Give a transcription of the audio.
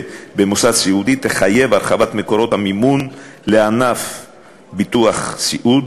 במוסד סיעודי תחייב הרחבת מקורות המימון לענף ביטוח סיעוד,